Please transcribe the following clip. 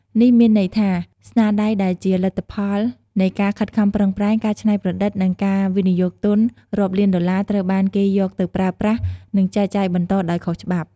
នេះមានន័យថា ស្នាដៃដែលជាលទ្ធផលនៃការខិតខំប្រឹងប្រែង ការច្នៃប្រឌិត និងការវិនិយោគទុនរាប់លានដុល្លារ ត្រូវបានគេយកទៅប្រើប្រាស់ និងចែកចាយបន្តដោយខុសច្បាប់។